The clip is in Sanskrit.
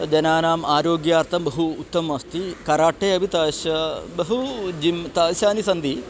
जनानाम् आरोग्यार्थं बहु उत्तमस्ति कराटे अपि तादृशं बहु जिं तादृशानि सन्ति